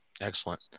Excellent